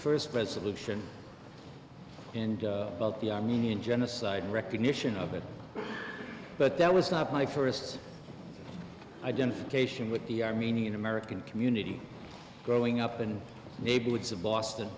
first preselection and about the armenian genocide in recognition of it but that was not my first identification with the armenian american community growing up and neighborhoods of boston